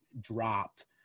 dropped